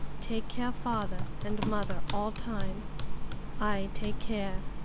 take care father and mother all time i take care.